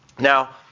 now